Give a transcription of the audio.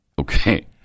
Okay